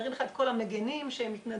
והם מראים לך את כל המגנים שהם מתנדבים,